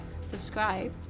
subscribe